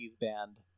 band